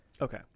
Okay